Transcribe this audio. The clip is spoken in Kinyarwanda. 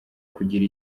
kugira